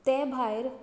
ते भायर